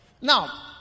Now